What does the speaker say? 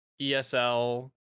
ESL